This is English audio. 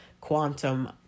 quantum